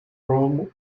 rome